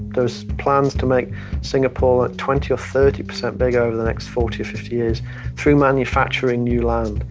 those plans to make singapore twenty or thirty percent big over the next forty fifty years through manufacturing new land.